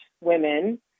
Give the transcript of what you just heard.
women